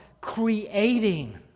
creating